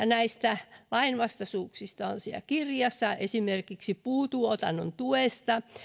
näistä lainvastaisuuksista on siellä kirjassa esimerkiksi puutuotannon tuesta